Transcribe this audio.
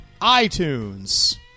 iTunes